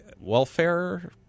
welfare